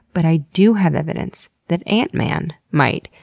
but i do have evidence that antman might,